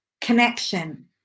connection